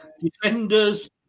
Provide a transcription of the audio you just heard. defenders